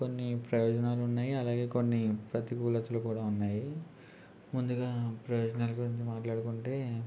కొన్ని ప్రయోజనాలు ఉన్నాయి అలాగే కొన్ని ప్రతికూలతలు కూడా ఉన్నాయి ముందుగా ప్రయోజనాలు గురించి మాట్లాడుకుంటే